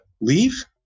leave